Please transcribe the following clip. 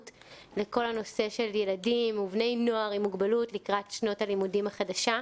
לכל הנושא של ילדים ובני נוער עם מוגבלות לקראת שנת הלימודים החדשה,